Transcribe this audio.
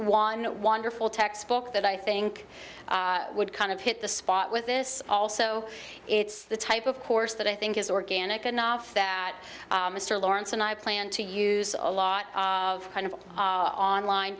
that wonderful textbook that i think would kind of hit the spot with this also it's the type of course that i think is organic enough that mr lawrence and i plan to use a lot of kind of online